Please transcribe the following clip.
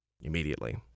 Immediately